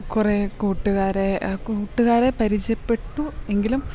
കുറെ കൂട്ടുകാരെ കൂട്ടുകാരെ പരിചയപ്പെട്ടു എങ്കിലും